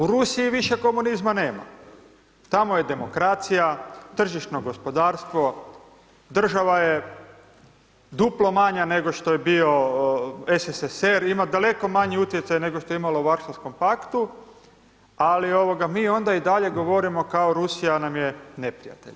U Rusiji više komunizma nema, tamo je demokracija, tržišno gospodarstvo, država je duplo manja nego što je bio SSSR ima daleko manji utjecaj nego što je imala u Varšavskom paktu, ali ovoga mi onda i dalje govorimo kao Rusija nam je neprijatelj.